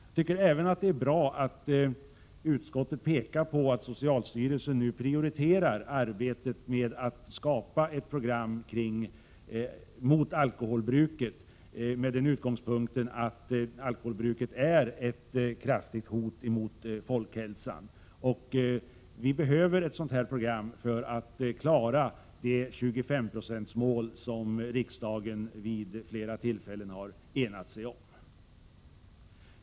Jag tycker även att det är bra att utskottet pekar på att socialstyrelsen nu prioriterar arbetet med att skapa ett program mot alkoholbruket, med utgångspunkten att alkoholbruket är ett kraftigt hot mot folkhälsan. Vi behöver ett sådant program för att klara det 25-procentsmål som riksdagen vid flera tillfällen har enat sig om.